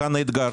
כאן האתגר